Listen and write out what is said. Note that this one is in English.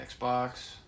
Xbox